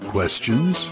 Questions